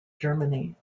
germany